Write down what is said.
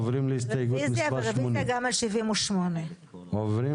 אנחנו עוברים להסתייגות מספר 74. רוויזיה.